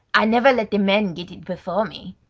i never let the men get it before me.